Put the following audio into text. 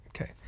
Okay